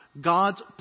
God's